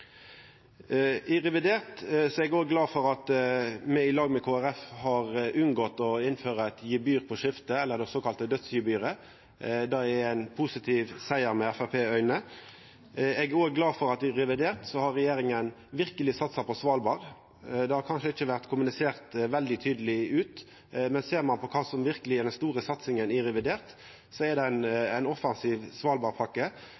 i revidert, i lag med Kristeleg Folkeparti, har unngått å innføra eit gebyr på skifte – det såkalla dødsgebyret. Det er ein positiv siger, sett med Framstegspartiets auge. Eg er òg glad for at regjeringa i revidert verkeleg har satsa på Svalbard. Det har kanskje ikkje vore kommunisert veldig tydeleg ut, men ser ein på kva som verkeleg er den store satsinga i revidert, er det